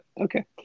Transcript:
okay